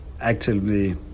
actively